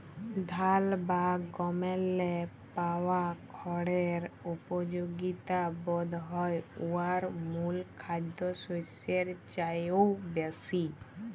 ধাল বা গমেল্লে পাওয়া খড়ের উপযগিতা বধহয় উয়ার মূল খাদ্যশস্যের চাঁয়েও বেশি